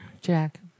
Jack